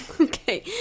Okay